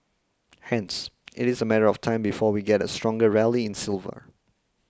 hence it is a matter of time before we get a stronger rally in silver